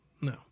No